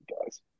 guys